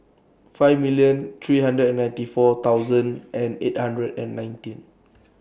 five million three hundred and ninety four thousand and eight hundred and nineteen